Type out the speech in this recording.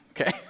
okay